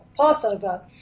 Passover